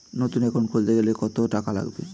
নতুন একাউন্ট খুলতে গেলে কত টাকা লাগবে?